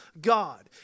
God